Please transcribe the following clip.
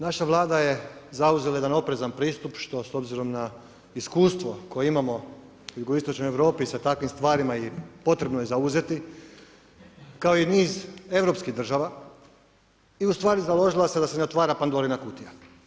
Naša Vlada je zauzela jedan oprezan pristup, što s obzirom na iskustvo koje imamo u jugoistočnoj Europi sa takvim stvarima i potrebno je zauzeti, kao i niz europskih država i ustvari založila se da se ne otvara Pandorina kutija.